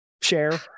share